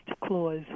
clause